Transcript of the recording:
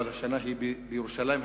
אבל השנה היא בירושלים המזרחית,